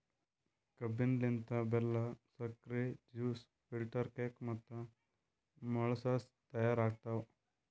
ಕಬ್ಬಿನ ಲಿಂತ್ ಬೆಲ್ಲಾ, ಸಕ್ರಿ, ಜ್ಯೂಸ್, ಫಿಲ್ಟರ್ ಕೇಕ್ ಮತ್ತ ಮೊಳಸಸ್ ತೈಯಾರ್ ಆತವ್